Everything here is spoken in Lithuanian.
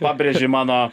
pabrėži mano